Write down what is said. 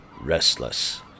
restless